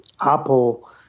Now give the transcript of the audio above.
Apple